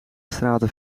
straten